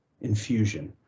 infusion